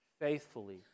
faithfully